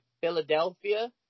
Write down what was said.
Philadelphia